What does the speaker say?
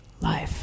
life